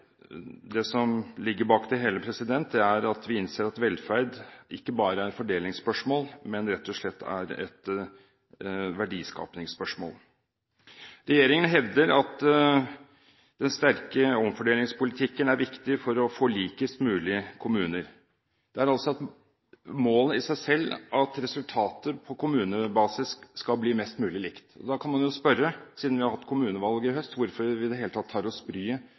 det som ligger bak det hele, er at vi innser at velferd ikke bare er et fordelingsspørsmål, men at det rett og slett er et verdiskapingsspørsmål. Regjeringen hevder at den sterke omfordelingspolitikken er viktig for å få likest mulig kommuner. Det er altså et mål i seg selv at resultatet på kommunebasis skal bli mest mulig likt. Da kan man jo spørre, siden vi har hatt kommunevalg i høst, hvorfor vi i det hele tatt tar oss